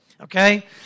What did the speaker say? okay